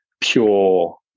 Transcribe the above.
pure